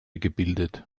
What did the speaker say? gebildet